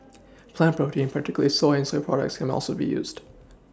plant protein particularly soy and soy products can also be used